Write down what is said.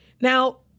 Now